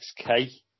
XK